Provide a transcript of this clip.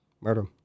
Murder